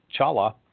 Chala